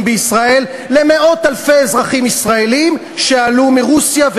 בישראל למאות-אלפי אזרחים ישראלים שעלו מרוסיה,